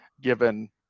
given